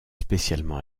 spécialement